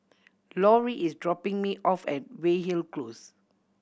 Lorrie is dropping me off at Weyhill Close